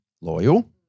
loyal